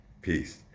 Peace